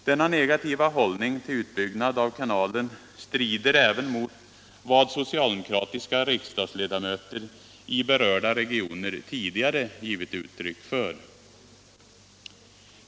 Denna negativa hållning till utbyggnad av kanalen strider även mot vad socialdemokratiska riksdagsledamöter i berörda regioner tidigare givit uttryck för.